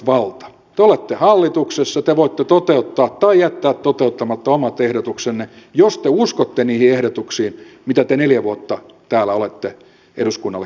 te olette hallituksessa te voitte toteuttaa tai jättää toteuttamatta omat ehdotuksenne jos te uskotte niihin ehdotuksiin mitä te neljä vuotta täällä olette eduskunnalle kertoneet